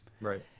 Right